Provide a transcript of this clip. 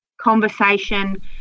conversation